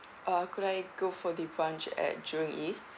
uh could I go for the branch at jurong east